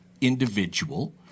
individual